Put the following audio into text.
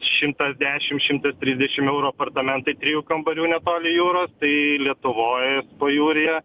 šimtas dešim šimtas trisdešim eurų apartamentai trijų kambarių netoli jūros tai lietuvoj pajūryje